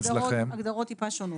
ההגדרות קצת שונות.